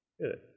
Good